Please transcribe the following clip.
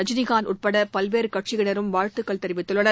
ரஜினிகாந்த் உட்பட பல்வேறு கட்சியினரும் வாழ்த்துக்கள் தெரிவித்துள்ளனர்